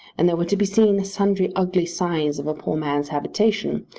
and there were to be seen sundry ugly signs of a poor man's habitation,